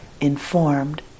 informed